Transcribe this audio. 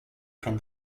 from